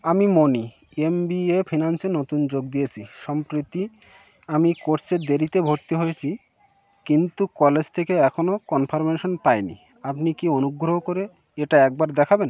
আমি Moni M B A ফিনান্সে নতুন যোগ দিয়েছি সম্প্রতি আমি কোর্সে দেরিতে ভর্তি হয়েছি কিন্তু কলেজ থেকে এখনো কনফার্মেশান পাই নি আপনি কি অনুগ্রহ করে এটা একবার দেখাবেন